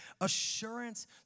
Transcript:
assurance